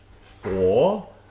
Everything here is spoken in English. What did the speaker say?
Four